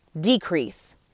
decrease